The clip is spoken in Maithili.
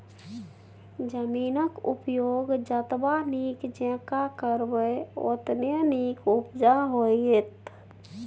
जमीनक उपयोग जतबा नीक जेंका करबै ओतने नीक उपजा होएत